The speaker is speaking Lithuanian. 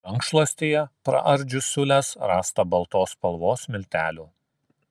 rankšluostyje praardžius siūles rasta baltos spalvos miltelių